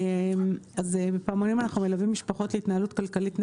אז ב-"פעמונים" אנחנו מלווים משפחות להתנהלות כלכלית נבונה.